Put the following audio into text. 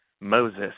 Moses